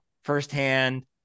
firsthand